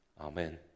Amen